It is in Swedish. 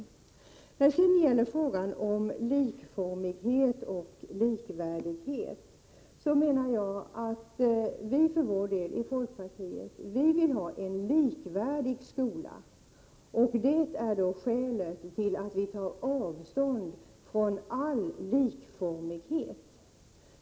När det sedan gäller frågan om likformighet och likvärdighet, vill vi för vår del i folkpartiet ha en likvärdig skola, och det är skälet till att vi tar avstånd från all likformighet.